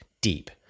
deep